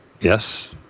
Yes